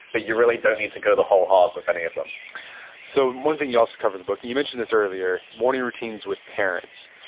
but you really don't need to go the whole hog with any of them so one thing you also covered in the book, and you mentioned this earlier, morning routines with parents.